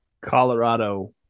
Colorado